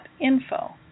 Info